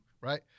right